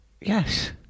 Yes